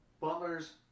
Butler's